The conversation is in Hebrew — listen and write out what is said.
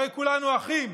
הרי כולנו אחים.